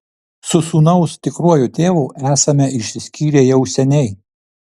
su sūnaus tikruoju tėvu esame išsiskyrę jau seniai